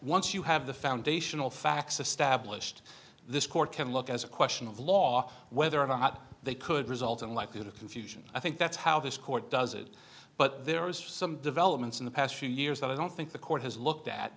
once you have the foundational facts established this court can look as a question of law whether or not they could result in likelihood of confusion i think that's how this court does it but there are some developments in the past few years that i don't think the court has looked at